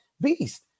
beast